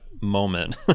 moment